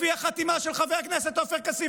לפי החתימה של חבר הכנסת עופר כסיף,